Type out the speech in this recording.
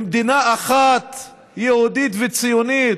האם מדינה אחת יהודית וציונית?